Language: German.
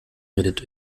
redet